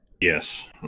Yes